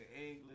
English